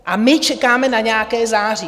A my čekáme na nějaké září?